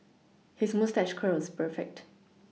his moustache curl is perfect